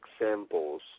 examples